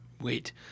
wait